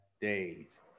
days